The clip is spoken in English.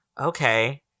Okay